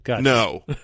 No